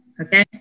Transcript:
Okay